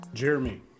Jeremy